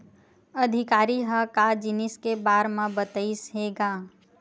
अधिकारी ह का जिनिस के बार म बतईस हे गा?